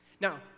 Now